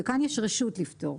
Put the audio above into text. וכאן יש רשות לפטור.